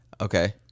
Okay